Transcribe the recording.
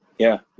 yeah.